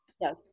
yes